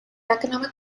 economic